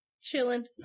chilling